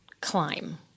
climb